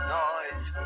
noise